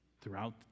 throughout